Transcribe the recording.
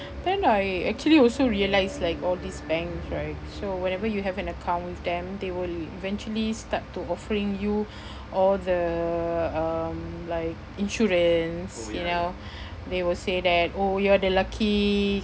then I actually also realise like all these banks right so whenever you have an account with them they will eventually start to offering you all the um like insurance you know they will say that oh you're the lucky